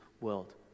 world